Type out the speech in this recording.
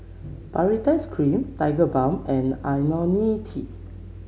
Baritex Cream Tigerbalm and IoniL T